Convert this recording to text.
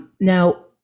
now